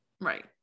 Right